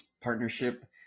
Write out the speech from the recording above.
partnership